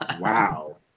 Wow